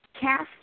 cast